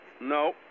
No